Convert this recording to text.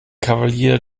kavalier